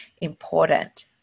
important